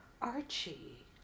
Archie